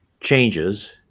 changes